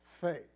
faith